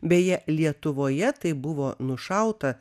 beje lietuvoje taip buvo nušauta